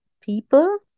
people